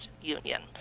Union